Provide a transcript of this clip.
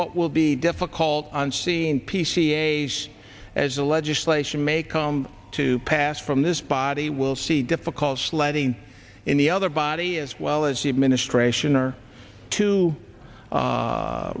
what will be difficult on seeing p c s as the legislation may come to pass from this body will see difficult sledding in the other body as well as the administration or two